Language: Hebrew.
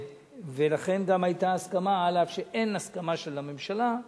ולכן גם היתה הסכמה, אף שאין הסכמה של הממשלה,